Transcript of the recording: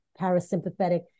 parasympathetic